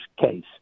case